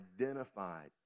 identified